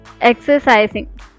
Exercising